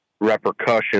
repercussions